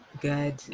Good